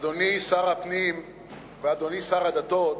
אדוני שר הפנים ואדוני שר הדתות,